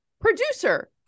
producer